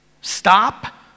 Stop